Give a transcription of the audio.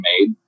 made